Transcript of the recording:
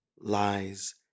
lies